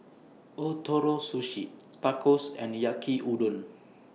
Ootoro Sushi Tacos and Yaki Udon